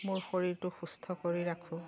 মোৰ শৰীৰটো সুস্থ কৰি ৰাখোঁ